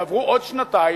ויעברו עוד שנתיים,